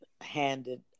handed